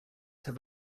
have